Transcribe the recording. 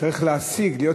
צריך להשיג,